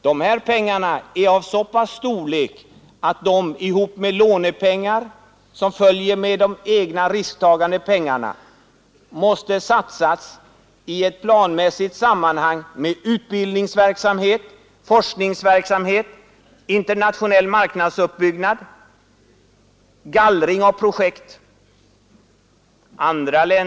Dessa pengar är av sådan storlek att de, tillsammans med de 169 lånepengar som följer med de egna, risktagande pengarna, måste satsas i ett planmässigt sammanhang med utbildningsverksamhet, forskningsverksamhet, internationell marknadsuppbyggnad, gallring av projekt osv.